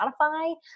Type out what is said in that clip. Spotify